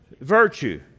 virtue